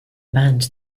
banned